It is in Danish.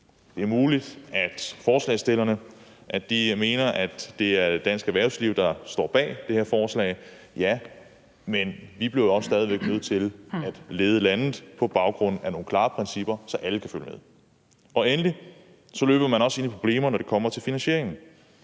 Det er muligt, at forslagsstillerne mener, at det er dansk erhvervsliv, der står bag det her forslag, men vi bliver jo også stadig væk nødt til at lede landet på baggrund af nogle klare principper, så alle kan følge med. Endelig løber man også ind i problemer, når det kommer til finansieringen,